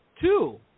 two